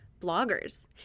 bloggers